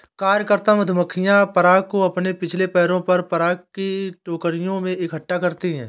कार्यकर्ता मधुमक्खियां पराग को अपने पिछले पैरों पर पराग की टोकरियों में इकट्ठा करती हैं